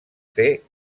fer